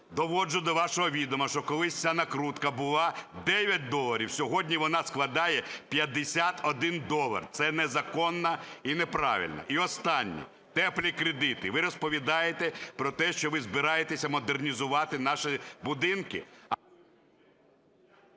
Доводжу до вашого відома, що колись ця накрутка була 9 доларів, сьогодні вона складає 51 долар. Це незаконно і неправильно. І останнє, "теплі" кредити. Ви розповідаєте про те, що ви збираєтесь модернізувати наші будинки…